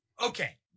Okay